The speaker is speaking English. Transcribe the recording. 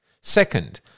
Second